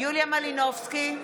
יוליה מלינובסקי קונין,